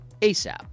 ASAP